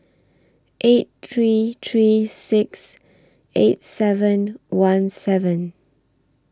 eight three three six eight seven one seven